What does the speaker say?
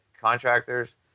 contractors